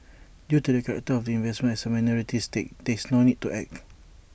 due to the character of investment as A minority stake there's no need to act